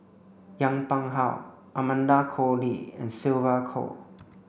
Yong Pung How Amanda Koe Lee and Sylvia Kho